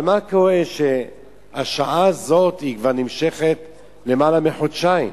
אבל מה קורה שהשעה הזאת כבר נמשכת למעלה מחודשיים?